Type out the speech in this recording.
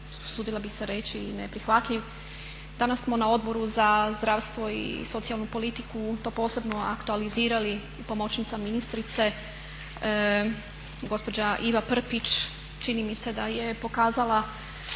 usudila bih se reći neprihvatljiv. Danas smo na Odboru za zdravstvo i socijalnu politiku to posebno aktualizirali, pomoćnica ministrice gospođa Iva Prpić čini mi se da je pokazala